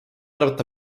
arvata